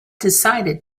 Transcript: decided